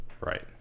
right